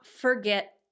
forget